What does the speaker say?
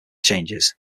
changes